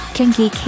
Kinky